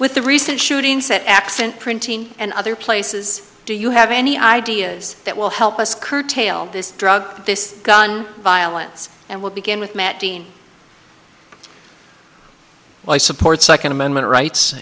with the recent shootings that accident printing and other places do you have any ideas that will help us curtail this drug this gun violence and we'll begin with matt dean i support second amendment rights